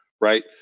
Right